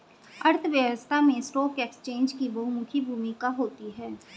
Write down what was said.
अर्थव्यवस्था में stock exchange की बहुमुखी भूमिका होती है